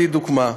אדוני, בבקשה.